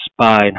spine